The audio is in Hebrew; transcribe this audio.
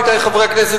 עמיתי חברי הכנסת,